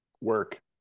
work